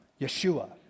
Yeshua